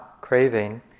craving